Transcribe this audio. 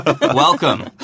Welcome